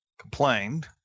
Complained